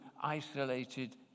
isolated